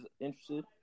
interested